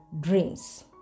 dreams